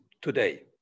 today